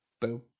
Boom